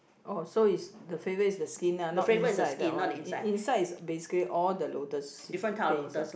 oh so is the favorite is the skin lah not inside that one inside is basically all the lotus seed paste ah